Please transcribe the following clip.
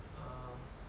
ah